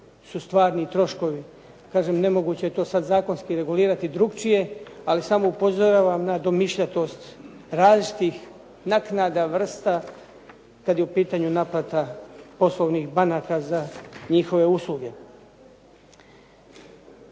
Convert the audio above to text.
su stvarni troškovi. Kažem nemoguće je to sad zakonski regulirati drukčije, ali samo upozoravam na domišljatost različitih naknada vrsta kad je u pitanju naplata poslovnih banaka za njihove usluge.